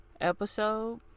episode